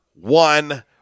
one